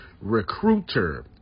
Recruiter